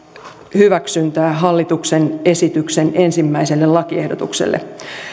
hyväksyntää hallituksen esityksen ensimmäiselle lakiehdotukselle